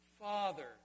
Father